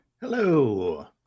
Hello